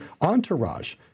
entourage